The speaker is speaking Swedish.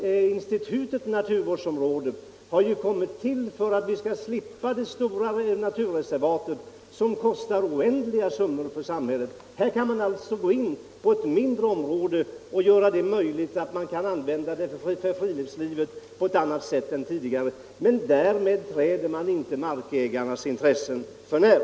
Institutet naturvårdsområde har ju kommit till för att man skall slippa de stora naturreservaten som kostar oändliga summor för samhället. Här kan man alltså gå in på ett mindre område och möj liggöra att det används för friluftsliv på ett annat sätt än tidigare. Men Nr 145 därmed träder man inte markägarnas intressen för nära.